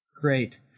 Great